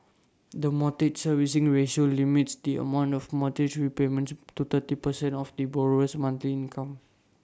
the mortgage servicing ratio limits the amount of mortgage repayments to thirty percent of the borrower's monthly income